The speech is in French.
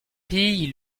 pille